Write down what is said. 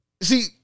see